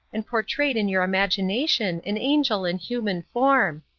and portrayed in your imagination an angel in human form.